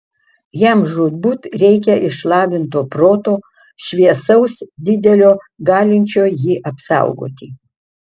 jam žūtbūt reikia išlavinto proto šviesaus didelio galinčio jį apsaugoti